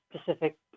specific